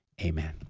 Amen